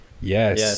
Yes